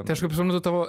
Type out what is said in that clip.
tai aš kaip suprantu tavo